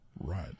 Right